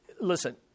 Listen